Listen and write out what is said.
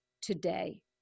today